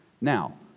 Now